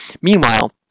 Meanwhile